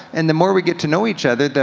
and the more we get to know each other,